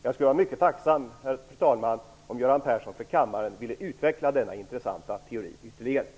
Jag skulle vara mycket tacksam, fru talman, om Göran Persson för kammaren ville utveckla denna intressanta teori ytterligare.